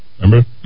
Remember